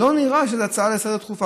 לא נראה שזה הצעה דחופה.